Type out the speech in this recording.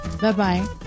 Bye-bye